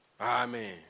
Amen